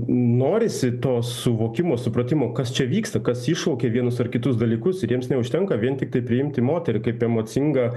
norisi to suvokimo supratimo kas čia vyksta kas iššaukia vienus ar kitus dalykus ir jiems neužtenka vien tiktai priimti moterį kaip emocingą